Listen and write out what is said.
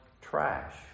trash